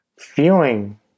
feeling